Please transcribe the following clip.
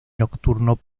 nocturno